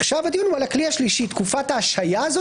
הערכתי שהיום גם מצד